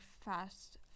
fast